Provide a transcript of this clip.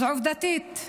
אז עובדתית,